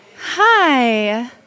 Hi